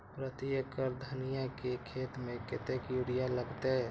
प्रति एकड़ धनिया के खेत में कतेक यूरिया लगते?